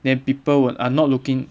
then people will are not looking